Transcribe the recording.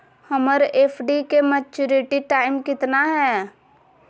हमर एफ.डी के maturity time कितना है?